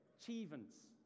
achievements